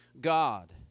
God